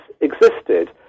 existed